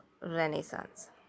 Renaissance